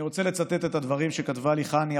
אני רוצה לצטט את הדברים שכתבה לי חני,